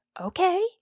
Okay